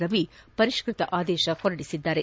ರವಿ ಪರಿಷ್ಠತ ಆದೇಶ ಹೊರಡಿಸಿದ್ದಾರೆ